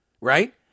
Right